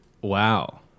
Wow